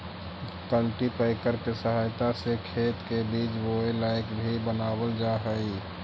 cultipacker के सहायता से खेत के बीज बोए लायक भी बनावल जा हई